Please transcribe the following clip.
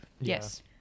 Yes